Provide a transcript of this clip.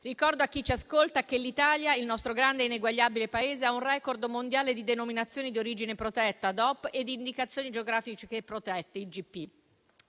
Ricordo a chi ci ascolta che l'Italia, il nostro grande e ineguagliabile Paese, ha un *record* mondiale di denominazioni di origine protetta (DOP) e di indicazioni geografiche protette (IGP).